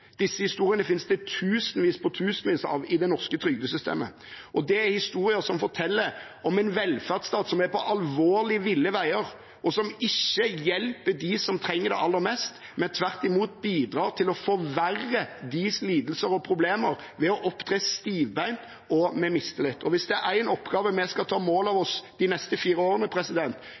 Disse historiene finnes det tusenvis på tusenvis av i det norske trygdesystemet. Det er historier som forteller om en velferdsstat som er på alvorlig ville veier, og som ikke hjelper dem som trenger det aller mest, men tvert imot bidrar til å forverre deres lidelser og problemer ved å opptre stivbeint og med mistillit. Og hvis det er én oppgave vi skal ta mål av oss til å gjøre de neste fire årene